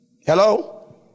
Hello